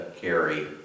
carry